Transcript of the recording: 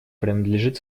принадлежит